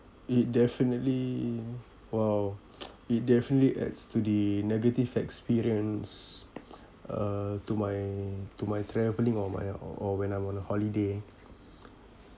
it definitely !wow! it definitely adds to the negative experience uh to my to my travelling or my or or when I'm on a holiday